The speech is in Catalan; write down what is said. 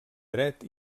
dret